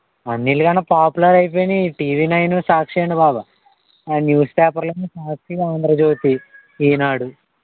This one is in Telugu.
అన్నింటి కన్నా పాపులర్ అయిపోయినాయి ఈ టీవీనైను సాక్షి అండి బాబు న్యూస్ పేపర్లేమో సాక్షి ఆంధ్రజ్యోతి ఈనాడు